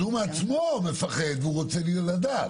אז הוא בעצמו מפחד והוא רוצה לדעת.